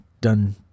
done